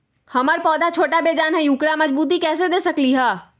हमर पौधा छोटा बेजान हई उकरा मजबूती कैसे दे सकली ह?